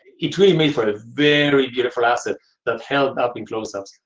he trained me for a very beautiful asset that held up in closeups.